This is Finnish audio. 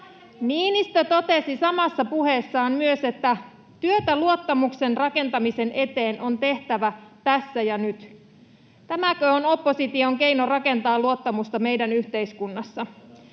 Niinistö totesi samassa puheessaan myös, että työtä luottamuksen rakentamisen eteen on tehtävä tässä ja nyt. Tämäkö on opposition keino rakentaa luottamusta meidän yhteiskunnassa?